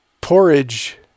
Porridge